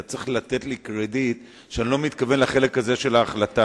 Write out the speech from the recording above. אתה צריך לתת לי קרדיט שאני לא מתכוון לחלק הזה של ההחלטה.